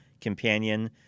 companion